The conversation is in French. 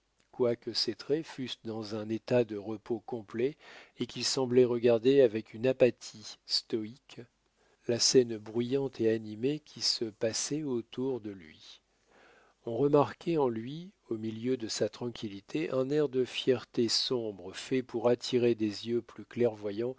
quoique ses traits fussent dans un état de repos complet et qu'il semblât regarder avec une apathie stoïque la scène bruyante et animée qui se passait autour de lui on remarquait en lui au milieu de sa tranquillité un air de fierté sombre fait pour attirer des yeux plus clairvoyants